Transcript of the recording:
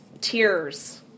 Tears